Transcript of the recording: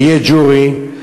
ויהיה jury,